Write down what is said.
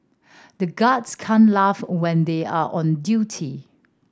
the guards can't laugh when they are on duty